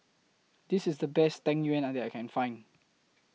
This IS The Best Tang Yuen that I Can Find